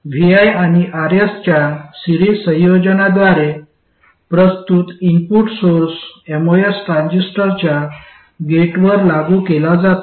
vi आणि Rs च्या series संयोजनाद्वारे प्रस्तुत इनपुट सोर्स एमओएस ट्रान्झिस्टरच्या गेटवर लागू केला जातो